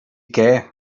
què